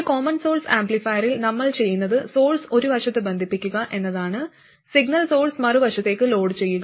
ഒരു common source ആംപ്ലിഫയറിൽ നമ്മൾ ചെയ്യുന്നത് സോഴ്സ് ഒരു വശത്ത് ബന്ധിപ്പിക്കുക എന്നതാണ് സിഗ്നൽ സോഴ്സ് മറുവശത്തേക്ക് ലോഡുചെയ്യുക